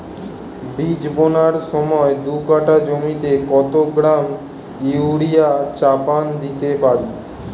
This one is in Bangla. বীজ বোনার সময় দু কাঠা জমিতে কত গ্রাম ইউরিয়া চাপান দিতে পারি?